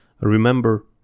Remember